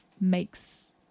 makes